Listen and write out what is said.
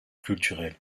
culturel